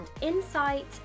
insight